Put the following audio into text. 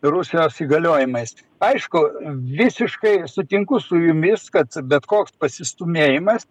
rusijos įgaliojimais aišku visiškai sutinku su jumis kad bet koks pasistūmėjimas